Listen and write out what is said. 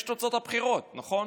יש תוצאות בחירות, נכון?